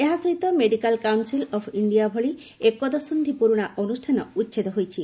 ଏହା ସହିତ medical council of ଇଷିଆ ଭଳି ଏକ ଦଶନ୍ଧି ପୁରୁଣା ଅନୁଷ୍ଠାନ ଉଛେଦ ହୋଇଛି